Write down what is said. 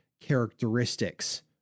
characteristics